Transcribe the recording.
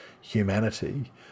humanity